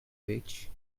beach